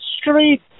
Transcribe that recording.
street